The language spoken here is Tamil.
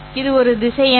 இது ஒரு திசையன்